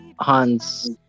Hans